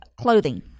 clothing